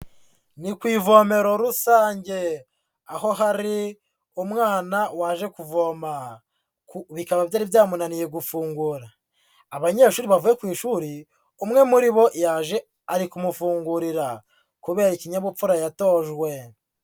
Ni ku ivomero rusange, aho hari umwana waje kuvoma bikaba byari byamunaniye gufungura, abanyeshuri bavuye ku ishuri umwe muri bo yaje ari kumufungurira kubera ikinyabupfura yatojwe.